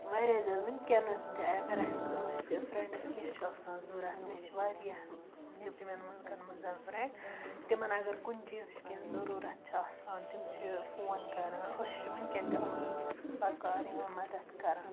واریاہ زیادٕ وُنٛکیٚن تہِ اگر اسہِ کٲنٛسہِ فرٛیٚنٛڈَس کیٚنٛہہ چھُ آسان ضروٗرت مےٚ چھِ واریاہ نیٚبرِمیٚن مُلکَن منٛز فرٛیٚنٛڈ تِمَن اگر کُنہِ چیٖزٕچ کیٚنٛہہ ضروٗرت چھِ آسان تِم چھِ فون کَران أسۍ چھِ وُنٛکیٚن تہِ اَکھ أکِس بَکار یِوان مدد کَران